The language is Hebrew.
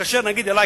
להתקשר אלי,